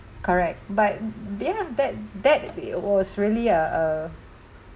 correct but yeah that that w~ was really a a